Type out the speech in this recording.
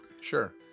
Sure